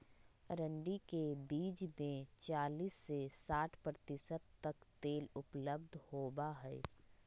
अरंडी के बीज में चालीस से साठ प्रतिशत तक तेल उपलब्ध होबा हई